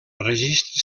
registre